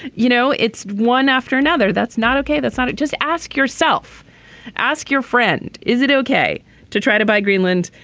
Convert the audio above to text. you know it's one after another that's not ok. that's not it just ask yourself ask your friend. is it ok to try to buy greenland.